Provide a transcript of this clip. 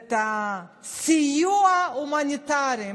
את הסיוע ההומניטרי.